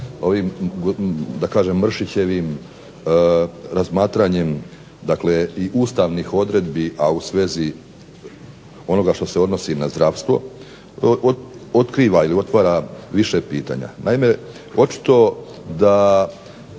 ovim da kažem Mršićevim razmatranjem i ustavnih odredbi, a u svezi onoga što se odnosi na zdravstvo otkriva ili otvara više pitanja. Naime, očito da